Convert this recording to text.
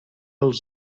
els